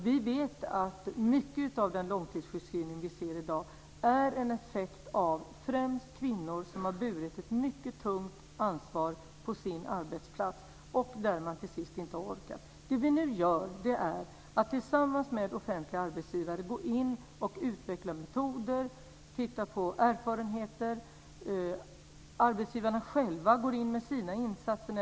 Vi vet att mycket av den långtidssjukskrivning vi ser i dag är en effekt av att kvinnor har burit ett mycket tungt ansvar på sina arbetsplatser och till sist inte har orkat. Det vi nu gör är att vi tillsammans med offentliga arbetsgivare utvecklar metoder och tittar på erfarenheter. Arbetsgivarna går själva in med insatser.